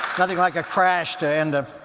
nothing like a crash to end a